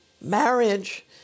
marriage